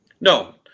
No